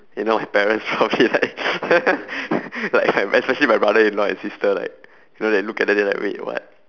you know my parents probably like like my especially like my brother in law and sister like you know they look at then like wait what